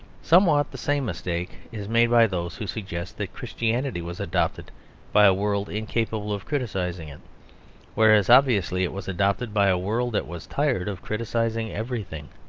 somewhat the same mistake is made by those who suggest that christianity was adopted by a world incapable of criticising it whereas obviously it was adopted by a world that was tired of criticising everything.